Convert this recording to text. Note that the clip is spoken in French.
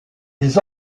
des